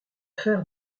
faire